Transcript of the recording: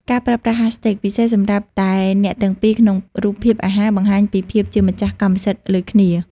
ការប្រើប្រាស់ "Hashtag" ពិសេសសម្រាប់តែអ្នកទាំងពីរក្នុងរូបភាពអាហារ បង្ហាញពីភាពជាម្ចាស់កម្មសិទ្ធិលើគ្នា។